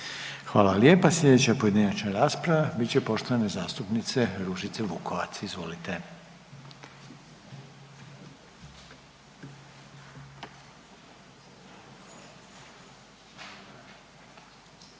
Hvala lijepa. Slijedeća pojedinačna rasprava bit će poštovanog zastupnika Željka Pavića, izvolite.